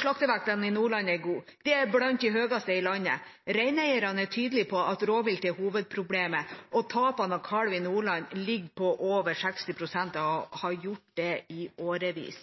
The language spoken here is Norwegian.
Slaktevektene i Nordland er gode. De er blant de høyeste i landet. Reineierne er tydelige på at rovvilt er hovedproblemet. Tapene av kalv i Nordland ligger på over 60 pst. og har gjort det i årevis.